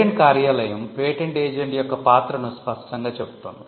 patent కార్యాలయం patent agent యొక్క పాత్రను స్పష్టంగా చెప్పుతుంది